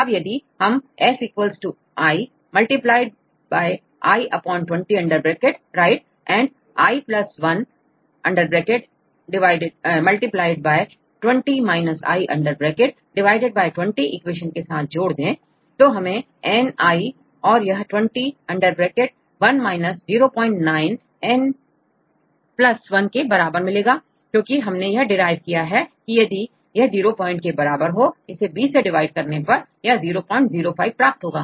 अब यदि इसे F i i 20 right and i 1 20 - i 20 equation के साथ जोड़ दिया जाए तो n i और यह 20 1 095n 1 के बराबर होगा क्योंकि हमने यह derive किया हैऔर यदि यह जीरो पॉइंट के बराबर हो इसे 20 से डिवाइड करने पर 005 प्राप्त होगा